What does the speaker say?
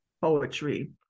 poetry